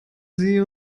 sie